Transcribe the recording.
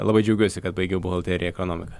labai džiaugiuosi kad baigiau buhalteriją ekonomiką